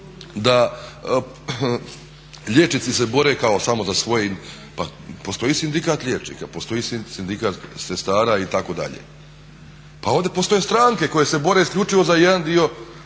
da liječnici se bore samo za svoje, pa postoji Sindikat liječnika, postoji Sindikat sestara itd. pa ovdje postoje stranke koje se bore isključivo za jedan dio